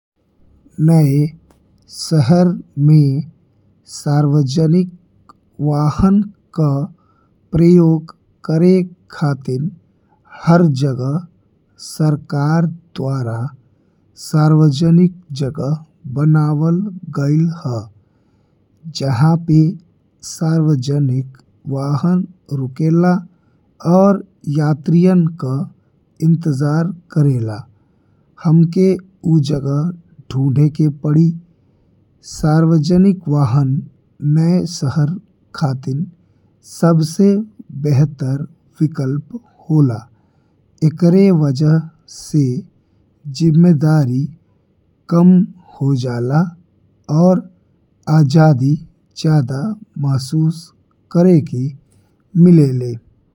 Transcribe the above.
नए शहर में सार्वजनिक वाहन का प्रयोग करे खातीं हर जगह सरकार द्वारा सार्वजनिक जगह बनावल गइल हा। जहाँ पे सार्वजनिक वाहन रुकेला और यात्रीइन का इंतजार करेला, हमके ऊ जगह ढूँढे के पड़ी। सार्वजनिक वाहन नए शहर खातीर सबसे बेहतर विकल्प होला, एकरे वजह से जिम्मेदारी कम हो जाला और आजादी ज्यादा महसूस करे के मिलेले।